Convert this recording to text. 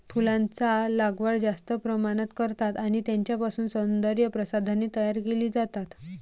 फुलांचा लागवड जास्त प्रमाणात करतात आणि त्यांच्यापासून सौंदर्य प्रसाधने तयार केली जातात